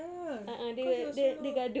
ya cause it was so loud